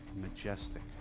majestic